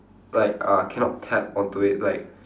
like uh cannot tap onto it like